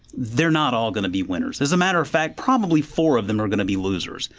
they're not all going to be winners. as a matter of fact, probably four of them are going to be losers,